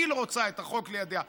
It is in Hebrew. היא רוצה את החוק לידיה,